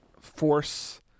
force